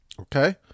Okay